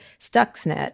Stuxnet